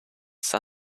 sat